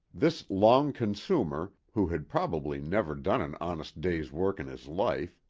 this long consumer, who had probably never done an honest day's-work in his life,